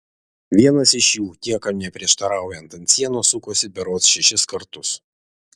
vienas iš jų niekam neprieštaraujant ant sienos sukosi berods šešis kartus